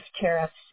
tariffs